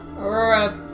Aurora